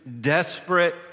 desperate